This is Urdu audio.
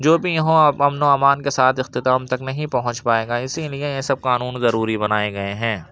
جو بھی اب امن و امان کے ساتھ اختتام تک نہیں پہنچ پائے گا اسی لیے یہ سب قانون ضروری بنائے گئے ہیں